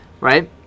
right